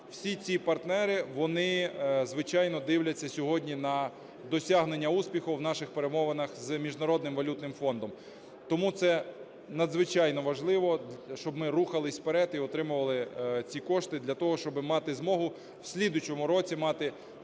всі ці партнери вони, звичайно, дивляться сьогодні на досягнення успіху в наших перемовинах з Міжнародним валютним фондом. Тому це надзвичайно важливо, щоб ми рухалися вперед і отримували ці кошти для того, щоб мати змогу в слідуючому році мати